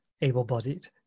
able-bodied